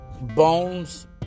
bones